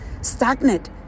stagnant